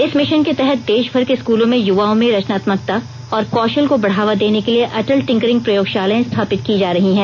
इस मिशन के तहत देशभर के स्कूलों में युवाओं में रचनात्मकता और कौशल को बढ़ावा देने के लिए अटल टिंकरिंग प्रयोगशालाएं स्थापित की जा रही हैं